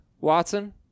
Watson